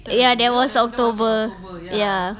ya that was october ya